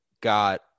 got